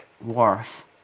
Wharf